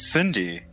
Cindy